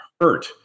hurt